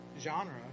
genre